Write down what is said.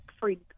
free